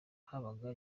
habaga